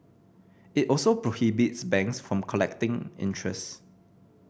it also prohibits banks from collecting interest